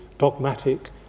Dogmatic